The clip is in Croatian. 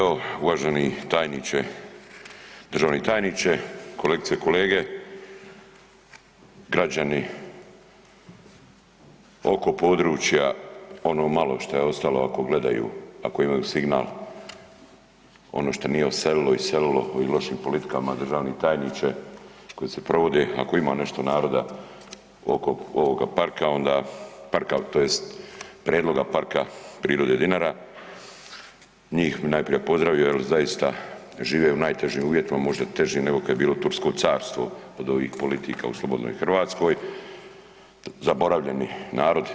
Evo uvaženi tajniče, državni tajniče, kolegice i kolege, građani oko područja ono malo što je ostalo ako gledaju, ako imaju signal, ono što nije odselilo, iselilo ovim lošim politikama državni tajniče koje se provode, ako ima nešto naroda oko ovoga parka onda, parka tj. prijedloga Parka prirode Dinara, njih bi najprije pozdravio jel zaista žive u najtežim uvjetima, možda težim nego kad je bilo tursko carstvo od ovih politika u slobodnoj Hrvatskoj, zaboravljeni narod.